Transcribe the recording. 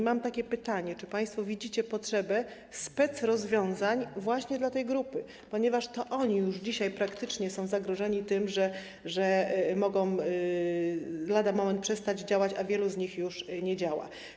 Mam takie pytanie: Czy państwo widzicie potrzebę specrozwiązań właśnie dla tej grupy, ponieważ to ona już dzisiaj praktycznie jest zagrożona tym, że lada moment przestanie działać, a wielu z nich już nie działa.